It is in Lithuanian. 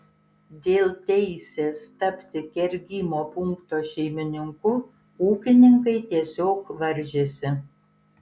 dėl teisės tapti kergimo punkto šeimininku ūkininkai tiesiog varžėsi